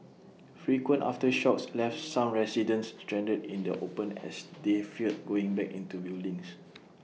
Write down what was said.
frequent aftershocks left some residents stranded in the open as they feared going back into buildings